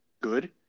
good